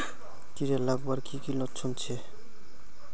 कीड़ा लगवार की की लक्षण छे?